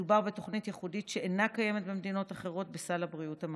מדובר בתוכנית ייחודית שאינה קיימת במדינות אחרות בסל הבריאות הממלכתי.